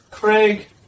Craig